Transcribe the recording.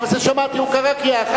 לא, הוא קרא לי קריאת ביניים.